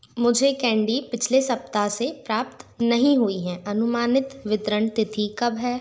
मुझे कैंडी पिछले सप्ताह से प्राप्त नहीं हुई है अनुमानित वितरण तिथि कब है